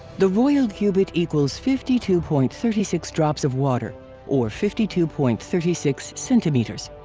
the royal cubit equals fifty two point three six drops of water or fifty two point three six centimeters.